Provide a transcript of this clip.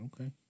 Okay